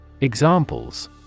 Examples